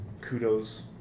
Kudos